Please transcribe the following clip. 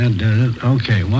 Okay